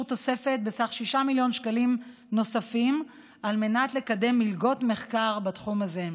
תוספת בסך 6 מיליון שקלים על מנת לתת מלגות מחקר בתחום הזה.